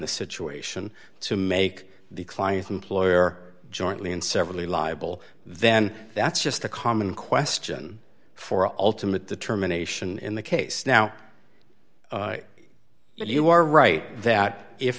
the situation to make the client employer jointly and severally liable then that's just a common question for all to make determination in the case now but you are right that if